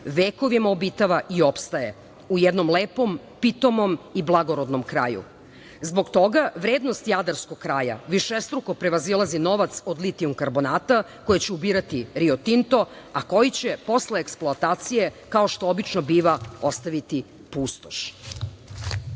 vekovima obitava i opstaje u jednom lepom, pitomom i blagorodnom kraju. Zbog toga, vrednost jadarskog kraja višestruko prevazilazi novac od litijum-karbonata koji će ubirati "Rio Tinto", a koji će posle eksploatacije, kao što obično biva, ostaviti